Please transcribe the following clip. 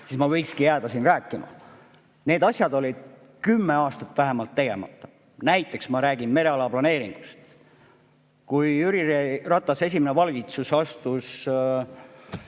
siis ma võiksingi jääda siia rääkima. Need asjad olid vähemalt kümme aastat tegemata, näiteks ma räägin mereala planeeringust. Kui Jüri Ratase esimene valitsus astus